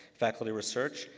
faculty research,